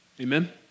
Amen